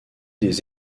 des